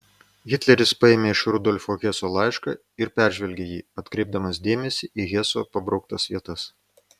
hitleris paėmė iš rudolfo heso laišką ir peržvelgė jį atkreipdamas dėmesį į heso pabrauktas vietas